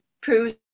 proves